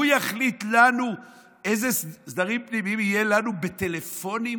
הוא יחליט לנו איזה סדרים פנימיים יהיו לנו בטלפונים?